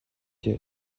гэнэ